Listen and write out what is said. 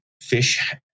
fish